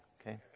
okay